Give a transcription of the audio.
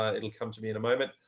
ah it'll come to me in a moment.